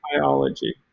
biology